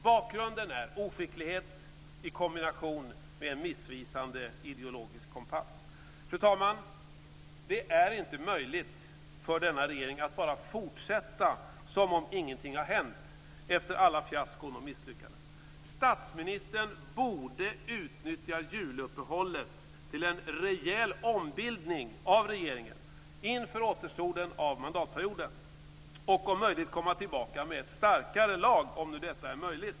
Bakgrunden är oskicklighet i kombination med en missvisande ideologisk kompass. Fru talman! Det är inte möjligt för denna regering att bara fortsätta som om ingenting har hänt efter alla fiaskon och misslyckanden. Statsministern borde utnyttja juluppehållet till en rejäl ombildning av regeringen inför återstoden av mandatperioden och, om det nu är möjligt, komma tillbaka med ett starkare lag. Fru talman!